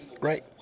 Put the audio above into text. right